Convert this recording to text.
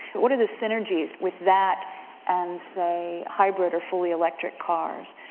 what are the synergies with that and say hybrid or fully electric cars?